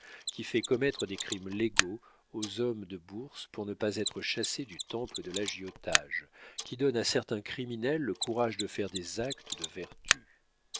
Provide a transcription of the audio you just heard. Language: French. qui fait commettre des crimes légaux aux hommes de bourse pour ne pas être chassés du temple de l'agiotage qui donne à certains criminels le courage de faire des actes de vertu